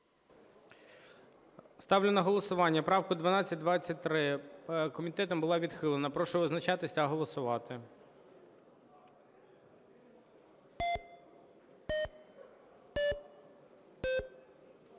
Ставлю на голосування правку 1223. Комітетом була відхилена. Прошу визначатись та голосувати.